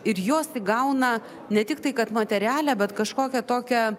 ir jos įgauna ne tiktai kad materialią bet kažkokią tokią